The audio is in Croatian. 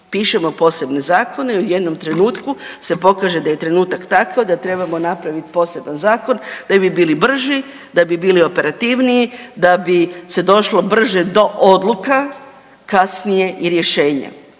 Pišemo posebne zakone jer u jednom trenutku se pokaže da je trenutak takav da trebamo napravit poseban zakon da bi bili brži, da bi bili operativniji, da bi se došlo brže do odluka, kasnije i rješenja.